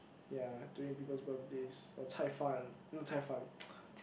ya during people's birthdays or cai-fan not cai-fan